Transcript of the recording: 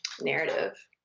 narrative